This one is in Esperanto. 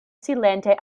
silente